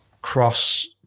cross